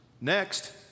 Next